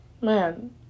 Man